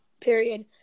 period